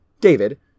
David